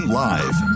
live